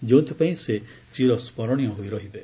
ଯେଉଁଥିପାଇଁ ସେ ଚିରସ୍କରଣୀୟ ହୋଇ ରହିବେ